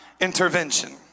intervention